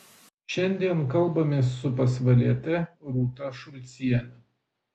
šiandien kalbamės su pasvaliete rūta šulciene